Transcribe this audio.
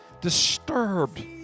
disturbed